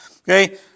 okay